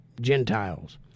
Gentiles